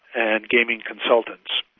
and gaming consultants,